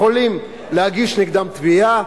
יכולים להגיש נגדם תביעה.